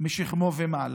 משכמו ומעלה,